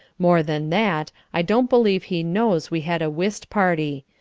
more than that, i don't believe he knows we had a whist party.